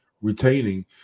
retaining